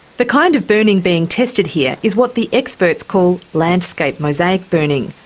the kind of burning being tested here is what the experts call landscape mosaic burning,